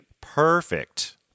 Perfect